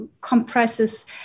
compresses